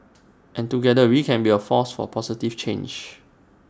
and together we can be A force for positive change